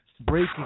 Breaking